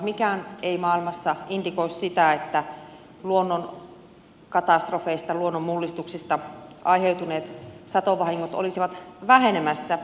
mikään ei maailmassa indikoi sitä että luonnonkatastrofeista luonnonmullistuksista aiheutuneet satovahingot olisivat vähenemässä